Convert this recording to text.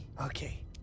Okay